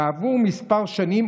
כעבור מספר שנים,